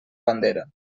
bandera